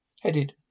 headed